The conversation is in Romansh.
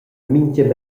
mintga